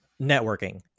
networking